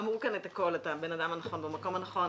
אמרו כאן את הכול אתה הבן אדם הנכון במקום הנכון,